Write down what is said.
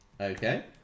Okay